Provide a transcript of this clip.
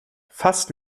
fast